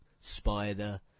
spider